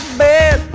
bed